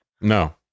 No